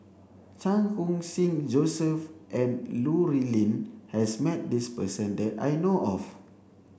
Chan Khun Sing Joseph and has met this person that I know of